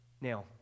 Now